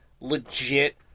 legit